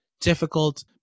difficult